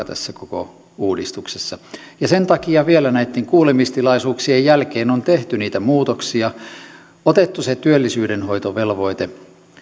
tässä koko uudistuksessa punainen lanka sen takia vielä näitten kuulemistilaisuuksien jälkeen on tehty niitä muutoksia otettu se työllisyydenhoitovelvoite